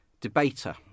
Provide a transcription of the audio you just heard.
debater